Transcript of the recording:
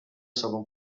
sobą